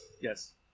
Yes